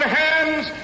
hands